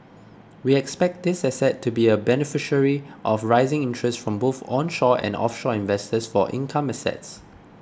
we expect this asset to be a beneficiary of rising interests from both onshore and offshore investors for income assets